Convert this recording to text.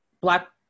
Black